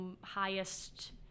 highest